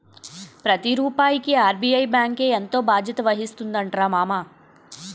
ప్రతి రూపాయికి ఆర్.బి.ఐ బాంకే ఎంతో బాధ్యత వహిస్తుందటరా మామా